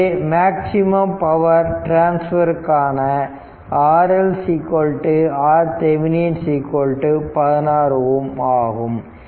எனவே maximum power டிரான்ஸ்பருக்காண RL RThevenin 16 Ω ஆகும்